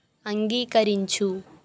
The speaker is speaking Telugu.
అంగీకరించు